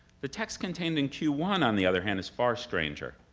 the text contained in q one, on the other hand, is far stranger.